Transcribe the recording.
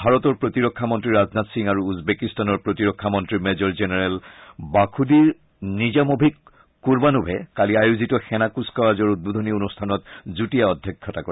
ভাৰতৰ প্ৰতিৰক্ষা মন্ত্ৰী ৰাজনাথ সিং আৰু উজবেকিস্তানৰ প্ৰতিৰক্ষা মন্ত্ৰী মেজৰ জেনেৰেল বাখোদিৰ নিজামোভিক কুৰ্বানোভে কালি আয়োজিত সেনা কৃচকাৱাজৰ উদ্বোধনী কাৰ্যসূচীত যুটীয়া অধ্যক্ষতা কৰে